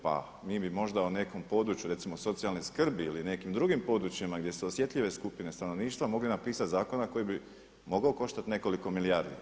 Pa mi bi možda o nekom području, recimo socijalne skrbi ili nekim drugim područjima gdje su osjetljive skupine stanovništva mogli napisati zakon koji bi mogao koštati nekoliko milijardi.